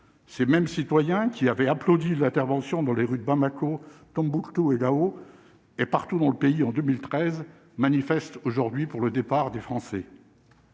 ces mêmes citoyens qui avait applaudi l'intervention dans les rues de Bamako, Tombouctou et Daho et partout dans le pays en 2013 manifestent aujourd'hui pour le départ des Français,